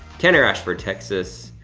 kenner ashford texas.